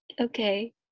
okay